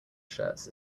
shirts